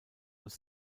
als